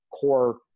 core